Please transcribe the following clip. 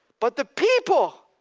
but the people.